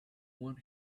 want